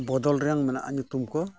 ᱵᱚᱫᱚᱞ ᱨᱮᱭᱟᱝ ᱢᱮᱱᱟᱜᱼᱟ ᱧᱩᱛᱩᱢ ᱠᱚ